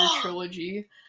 trilogy